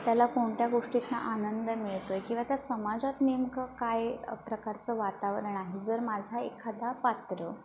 त्याला कोणत्या गोष्टीतनं आनंद मिळतो आहे किंवा त्या समाजात नेमकं काय प्रकारचं वातावरण आहे जर माझा एखादा पात्र